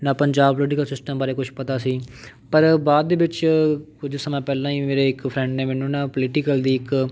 ਨਾ Punjab political system ਬਾਰੇ ਕੁਛ ਪਤਾ ਸੀ ਪਰ ਬਾਅਦ ਦੇ ਵਿੱਚ ਕੁਝ ਸਮਾਂ ਪਹਿਲਾਂ ਹੀ ਮੇਰੇ ਇੱਕ ਫਰੈਂਡ ਨੇ ਮੈਨੂੰ ਨਾ ਪੋਲੀਟੀਕਲ ਦੀ ਇੱਕ